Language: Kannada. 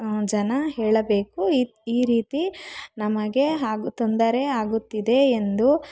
ಜನ ಹೇಳಬೇಕು ಈ ಈ ರೀತಿ ನಮಗೆ ಹಾಗೂ ತೊಂದರೆ ಆಗುತ್ತಿದೆ ಎಂದು